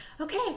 Okay